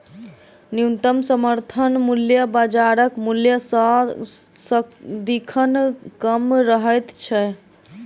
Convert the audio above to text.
न्यूनतम समर्थन मूल्य बाजारक मूल्य सॅ सदिखन कम रहैत छै